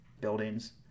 buildings